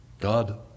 God